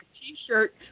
T-shirt